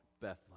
Bethlehem